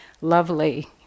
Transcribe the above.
lovely